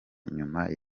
nyuma